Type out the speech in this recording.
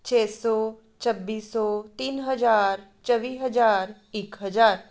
ਛੇ ਸੌ ਛੱਬੀ ਸੌ ਤਿੰਨ ਹਜ਼ਾਰ ਚੌਵੀ ਹਜ਼ਾਰ ਇੱਕ ਹਜ਼ਾਰ